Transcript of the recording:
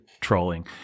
trolling